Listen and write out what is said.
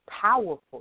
Powerful